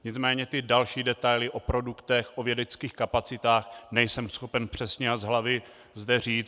Nicméně další detaily o produktech, o vědeckých kapacitách zde nejsem schopen přesně a z hlavy říci.